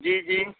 جی جی